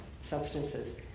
substances